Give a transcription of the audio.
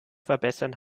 verbessern